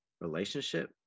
relationship